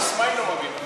כוס מים לא מביאים לי.